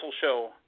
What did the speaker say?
show